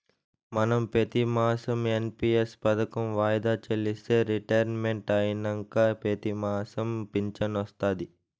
మనం పెతిమాసం ఎన్.పి.ఎస్ పదకం వాయిదా చెల్లిస్తే రిటైర్మెంట్ అయినంక పెతిమాసం ఫించనొస్తాది